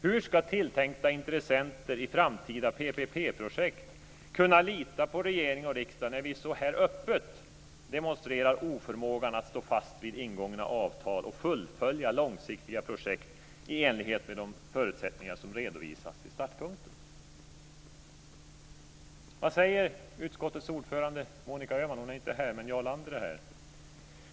Hur ska tilltänkta intressenter i framtida PPP-projekt kunna lita på regering och riksdag när vi så här öppet demonstrerar oförmåga att stå fast vid ingångna avtal och fullfölja långsiktiga projekt i enlighet med de förutsättningar som redovisats vid startpunkten? Hon är inte här. Men Jarl Lander är här.